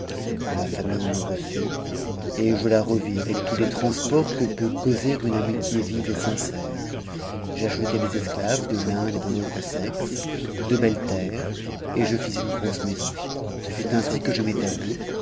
ma famille me reçut et je la revis avectousles transports que peut causer une amitié vive et sincère j'achetai des esclaves de l'un et de l'autre sexe de belles terres et je fis une grosse maison ce fut ainsi que je m'établis